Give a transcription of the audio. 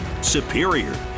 Superior